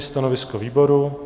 Stanovisko výboru?